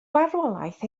farwolaeth